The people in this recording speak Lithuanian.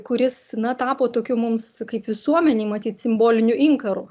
kuris na tapo tokiu mums kaip visuomenei matyt simboliniu inkaru